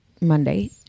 monday